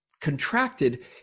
contracted